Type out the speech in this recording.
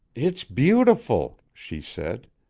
it's beautiful, she said.